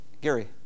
Gary